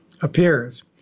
appears